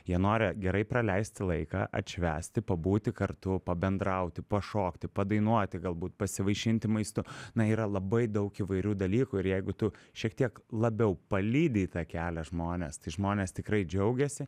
jie nori gerai praleisti laiką atšvęsti pabūti kartu pabendrauti pašokti padainuoti galbūt pasivaišinti maistu na yra labai daug įvairių dalykų ir jeigu tu šiek tiek labiau palydi į tą kelią žmones tai žmonės tikrai džiaugiasi